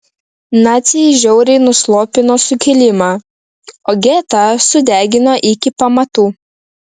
naciai žiauriai nuslopino sukilimą o getą sudegino iki pamatų